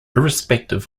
irrespective